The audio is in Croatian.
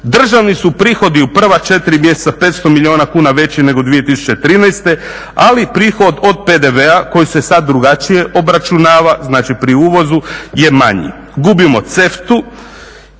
Državni su prihodi u prva četiri mjeseca 500 milijuna kuna veći nego 2013., ali prihod od PDV-a koji se sada drugačije obračunava, znači pri uvozu je manji. Gubimo